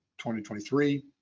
2023